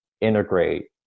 integrate